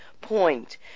point